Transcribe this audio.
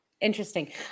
Interesting